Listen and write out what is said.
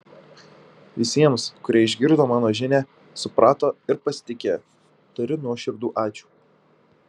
visiems kurie išgirdo mano žinią suprato ir pasitikėjo tariu nuoširdų ačiū